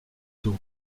tôt